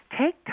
take